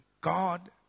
God